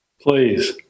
Please